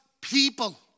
people